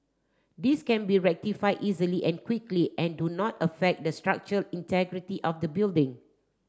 these can be rectified easily and quickly and do not affect the structure integrity of the building